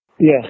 Yes